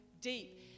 deep